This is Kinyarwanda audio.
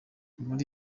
muri